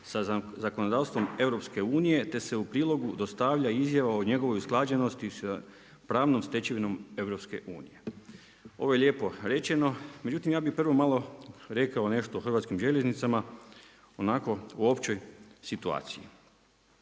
sa zakonodavstvom EU-a te se u prilogu dostavlja izjava o njegovoj usklađenosti sa pravnom stečevinom EU-a. ovo je lijepo rečeno, međutim ja bi prvo malo rekao nešto o hrvatskim željeznicama, onako o općoj situaciji.